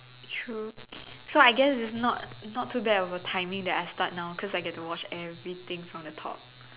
true so I guess it's not it's not too bad of a timing that I start now cause I get to watch everything from the top